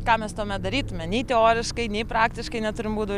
ką mes tuomet darytume nei teoriškai nei praktiškai neturim būdų